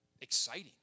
exciting